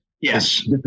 Yes